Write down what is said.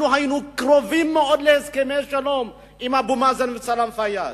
אנחנו היינו קרובים מאוד להסכמי שלום עם אבו מאזן וסלאם פיאד,